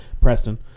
Preston